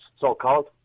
so-called